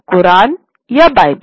कुरान या बाइबिल